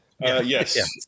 Yes